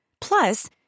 Plus